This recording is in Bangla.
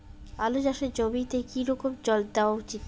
আলু চাষের জমিতে কি রকম জল দেওয়া উচিৎ?